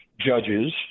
judges